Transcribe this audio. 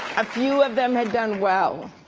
a few of them had done well,